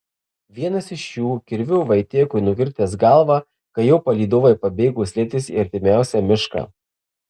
vienas iš jų kirviu vaitiekui nukirtęs galvą kai jo palydovai pabėgo slėptis į artimiausią mišką